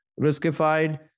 riskified